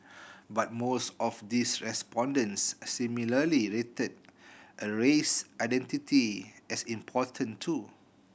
but most of these respondents similarly rated a race identity as important too